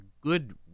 good